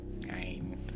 Nine